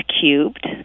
cubed